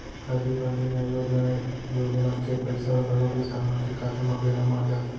राजीव गांधी न्याय योजनाए योजना के पइसा ह घलौ किसान मन के खाता म बेरा म आ जाथे